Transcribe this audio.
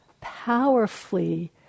powerfully